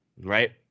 right